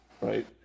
right